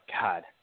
God